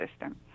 system